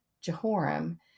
Jehoram